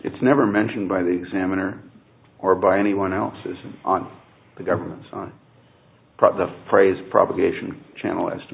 it's never mentioned by the examiner or by anyone else is on the government's on the phrase propagation cha